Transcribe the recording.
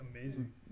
amazing